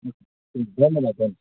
ধন্যবাদ ধন্যবাদ